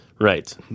Right